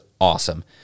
awesome